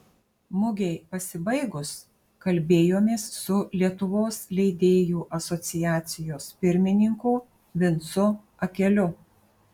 mugei pasibaigus kalbėjomės su lietuvos leidėjų asociacijos pirmininku vincu akeliu